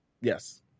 Yes